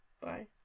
Bye